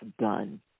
done